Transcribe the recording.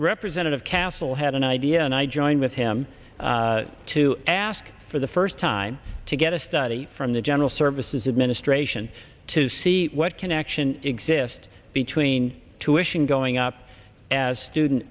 representative castle had an idea and i joined with him to ask for the first time to get a study from the general services administration to see what connection exist between tuitions going up as student